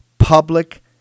public